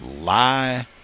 lie